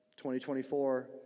2024